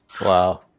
Wow